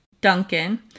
Duncan